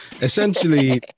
Essentially